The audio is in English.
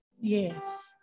yes